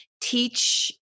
teach